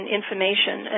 information